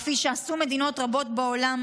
"כפי שעשו מדינות רבות בעולם,